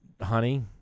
honey